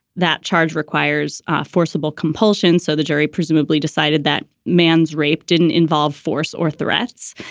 that charge requires a forcible compulsion. so the jury presumably decided that man's rape didn't involve force or threats.